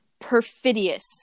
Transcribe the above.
perfidious